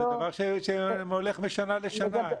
זה דבר שהולך משנה לשנה.